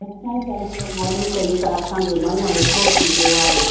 असां धारणु कयूं था असांजो मनु हलको थींदो आहे